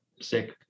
sick